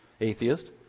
atheist